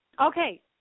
Okay